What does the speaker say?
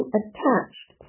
attached